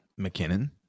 McKinnon